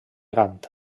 gant